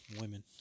women